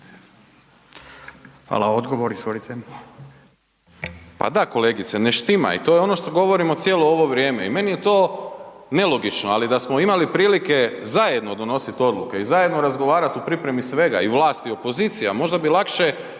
Hvala. Odgovor, izvolite.